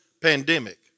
pandemic